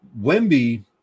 Wemby